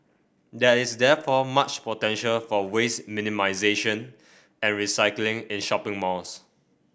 there is therefore much potential for waste minimization and recycling in shopping malls